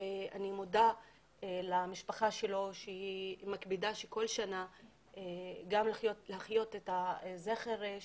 אני מודה למשפחה שלו שמקפידה כל שנה להחיות את זכרו